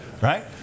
right